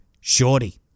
Shorty